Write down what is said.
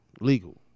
legal